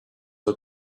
are